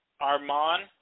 Armand